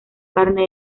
carne